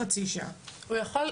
זה התבצע?